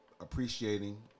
appreciating